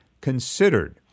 considered